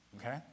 Okay